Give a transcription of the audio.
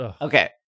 Okay